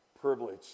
privilege